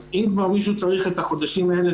אז אם מישהו צריך את החודשים האלה,